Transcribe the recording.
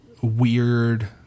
weird